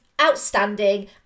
outstanding